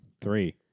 three